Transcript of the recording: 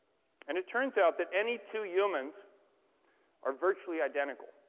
and it turns out that any two humans are virtually identical,